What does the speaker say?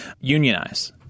unionize